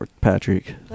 Patrick